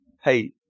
hey